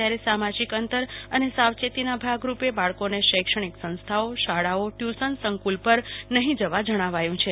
ત્યારે સામાજિક અંતર અને સાવચેતીના ભાગરૂપે બાળકોને શૈક્ષણિક સંસ્થાઓ શાળાઓ ટયુશન સંકુલ પર નફીં જવા જણાવ્યું છે